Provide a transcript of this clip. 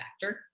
factor